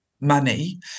money